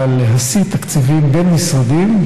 להסיט תקציבים בין-משרדיים,